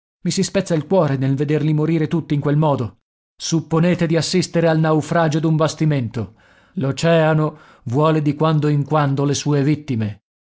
i si spezza il cuore nel vederli morire tutti in quel modo supponete di assistere al naufragio d'un bastimento l'oceano vuole di quando in quando le sue vittime